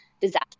disaster